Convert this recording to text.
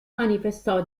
manifestò